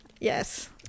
Yes